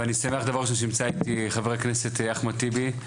ואני שמח דבר ראשון שנמצא איתי חבר הכנסת אחמד טיבי,